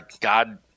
God